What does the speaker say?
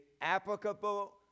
applicable